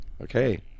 Okay